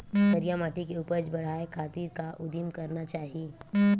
करिया माटी के उपज बढ़ाये खातिर का उदिम करना चाही?